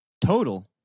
Total